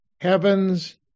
Heavens